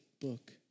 book